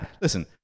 listen